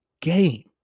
game